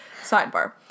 sidebar